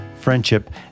friendship